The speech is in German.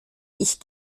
ich